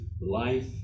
life